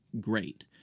great